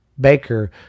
Baker